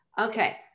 Okay